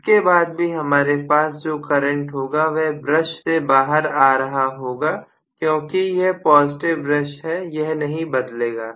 इसके बाद भी हमारे पास जो करंट होगा वह ब्रश से बाहर आ रहा होगा क्योंकि यह पॉजिटिव ब्रश है यह नहीं बदलेगा